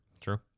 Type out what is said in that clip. True